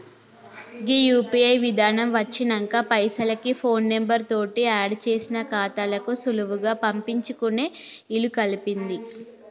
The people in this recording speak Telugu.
గీ యూ.పీ.ఐ విధానం వచ్చినంక పైసలకి ఫోన్ నెంబర్ తోటి ఆడ్ చేసిన ఖాతాలకు సులువుగా పంపించుకునే ఇలుకల్పింది